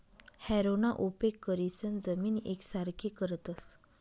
हॅरोना उपेग करीसन जमीन येकसारखी करतस